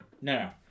no